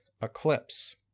eclipse